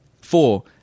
four